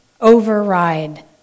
override